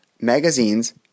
magazines